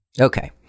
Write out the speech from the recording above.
Okay